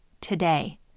today